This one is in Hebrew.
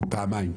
פעמיים.